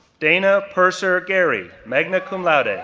dana purser gary, magna cum laude, ah